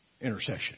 intercession